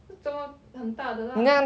不怎么很大的啦